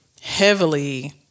Heavily